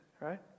right